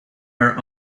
are